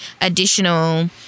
additional